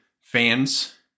fans